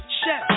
chef